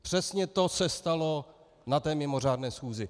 Přesně to se stalo na mimořádné schůzi.